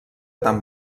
tan